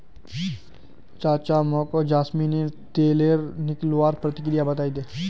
चाचा मोको जैस्मिनेर तेल निकलवार प्रक्रिया बतइ दे